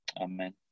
amen